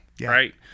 right